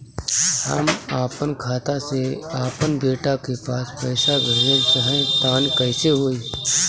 हम आपन खाता से आपन बेटा के पास पईसा भेजल चाह तानि कइसे होई?